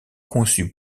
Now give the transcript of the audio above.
conçu